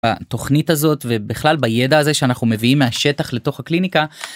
ה-תוכנית הזאת, ו-בכלל בידע הזה שאנחנו מביאים מהשטח לתוך הקליניקה,